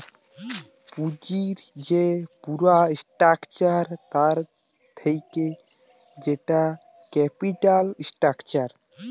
পুঁজির যে পুরা স্ট্রাকচার তা থাক্যে সেটা ক্যাপিটাল স্ট্রাকচার